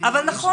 אבל נכון לעכשיו,